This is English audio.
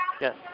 Yes